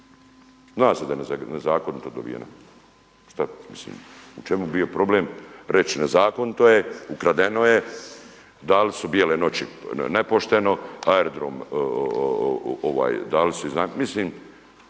zna se da je nezakonito dobivena. Mislim u čemu bi bio problem reći nezakonito, ukradeno je, dali su Bijele noći nepošteno, aerodrom mislim dali su iznajmiti,